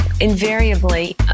invariably